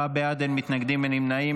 עשרה בעד, אין מתנגדים, אין נמנעים.